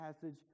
passage